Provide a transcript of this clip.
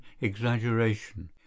exaggeration